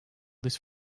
this